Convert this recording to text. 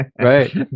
Right